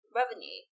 revenue